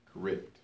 Correct